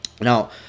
Now